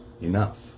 enough